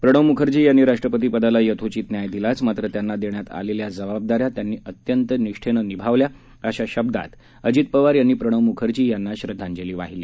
प्रणव मुखर्जी यांनी राष्ट्रपती पदाला यथोचित न्याय दिलाच मात्र त्यांना देण्यात आलेल्या जबाबदाऱ्या त्यांनी अतिशय निष्ठेनं निभावल्या अशा शब्दात अजित पवार यांनी प्रणव मुखर्जी यांना श्रध्दांजली वाहिली